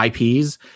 IPs